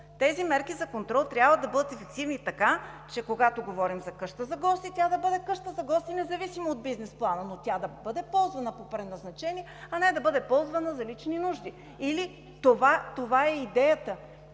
Тези мерки за контрол трябва да бъдат ефективни така, че когато говорим за къща за гости, тя да бъде къща за гости, независимо от бизнес плана, но тя да бъде ползвана по предназначение, а не да бъде ползвана за лични нужди. Това е идеята